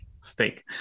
Steak